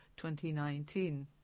2019